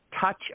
touch